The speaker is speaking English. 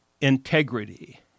integrity